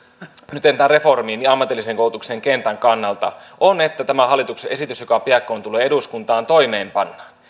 nytten tämän reformin ja ammatillisen koulutuksen kentän kannalta on että tämä hallituksen esitys joka piakkoin tulee eduskuntaan toimeenpannaan